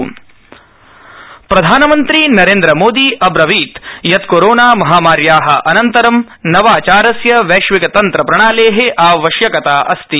प्रधानमन्त्री प्रधानमन्त्री नरेन्द्रमोदी अब्रवीत् यत् कोरोना महामार्या अनन्तरं नवाचारस्य वैश्विक तन्त्र प्रणाले आवश्यकता अस्ति